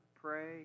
pray